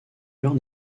alors